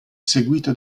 seguito